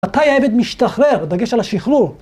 מתי העבד משתחרר? דגש על השחרור